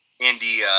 Andy